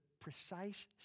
precise